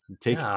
Take